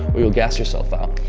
or you'll gas yourself out.